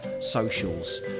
socials